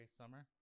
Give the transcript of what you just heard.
summer